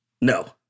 No